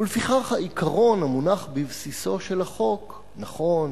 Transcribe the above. ולפיכך העיקרון המונח בבסיסו של החוק נכון,